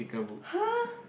hah